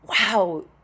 wow